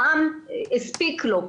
העם הספיק לו.